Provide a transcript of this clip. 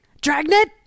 Dragnet